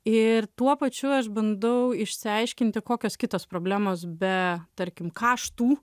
ir tuo pačiu aš bandau išsiaiškinti kokios kitos problemos be tarkim kaštų